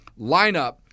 lineup